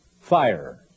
fire